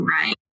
right